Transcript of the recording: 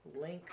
link